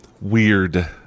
weird